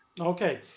okay